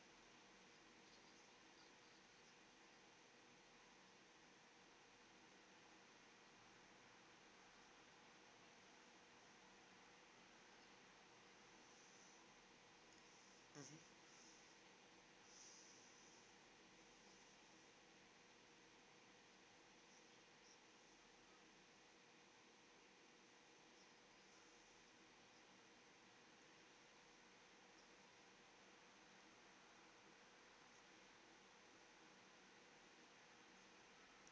mmhmm